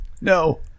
No